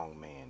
man